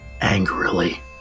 angrily